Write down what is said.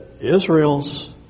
Israel's